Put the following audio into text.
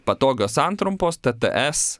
patogios santrumpos tts